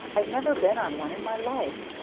i've never been on one in my life.